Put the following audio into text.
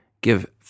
give